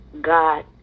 God